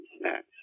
snacks